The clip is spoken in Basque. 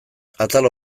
atal